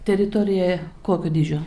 teritorija kokio dydžio